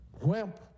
wimp